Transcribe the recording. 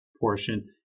portion